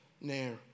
Nair